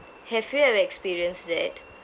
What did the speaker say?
have you ever experienced it